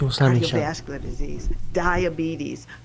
cardiovascular disease, diabetes,